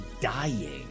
dying